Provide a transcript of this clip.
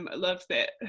um loved that.